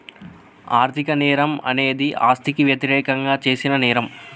ఆర్థిక నేరం అనేది ఆస్తికి వ్యతిరేకంగా చేసిన నేరం